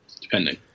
depending